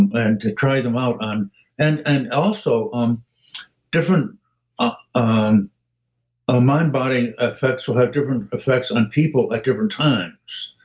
and to try them out on and and also, um different ah ah mind body effects will have different effects on people at different times.